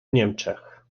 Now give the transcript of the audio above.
niemczech